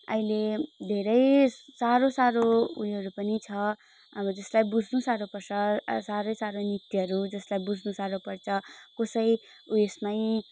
अहिले धेरै साह्रो साह्रो उयोहरू पनि छ अब जसलाई बुझ्नु साह्रो पर्छ साह्रै साह्रै नृत्यहरू जसलाई बुझ्नु साह्रो पर्छ कसै उयसमै